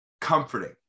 comforting